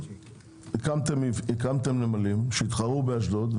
הקמתם נמלים שיתחרו באשדוד,